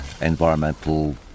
environmental